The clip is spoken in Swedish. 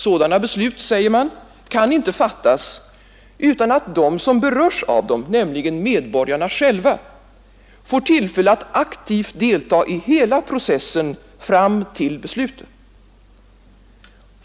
Sådana beslut, säger man, kan inte fattas utan att de som berörs av dem, nämligen medborgarna själva, får tillfälle att aktivt delta i hela processen fram till besluten.